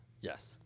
Yes